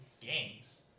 games